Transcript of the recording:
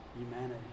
humanity